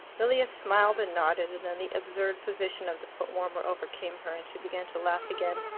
lilia smiled and nodded, and then the absurd position of the foot-warmer overcame her, and she began to laugh again.